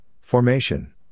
Formation